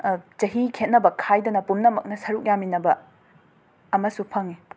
ꯆꯍꯤ ꯈꯦꯠꯅꯕ ꯈꯥꯏꯗꯅ ꯄꯨꯝꯅꯃꯛꯅ ꯁꯔꯨꯛ ꯌꯥꯃꯤꯟꯅꯕ ꯑꯃꯁꯨ ꯐꯪꯏ